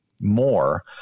more